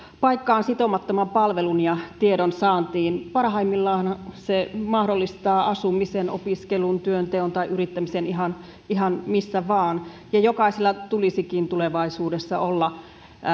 paikkaan sitomattoman palvelun ja tiedon saantiin parhaimmillaanhan se mahdollistaa asumisen opiskelun työnteon tai yrittämisen ihan ihan missä vain ja jokaisella tulisikin tulevaisuudessa olla